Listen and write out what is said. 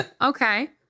Okay